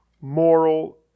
moral